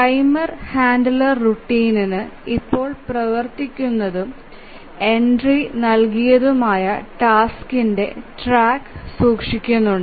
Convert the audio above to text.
timer handler റൂട്ടീന് ഇപ്പോൾ പ്രവർത്തിക്കുന്നതും എൻട്രി നൽകിയതുമായ ടാസ്കിന്റെ ട്രാക്ക് സൂക്ഷിക്കുന്നു